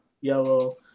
yellow